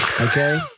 Okay